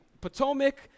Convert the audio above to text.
Potomac –